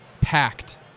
packed